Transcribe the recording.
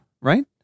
right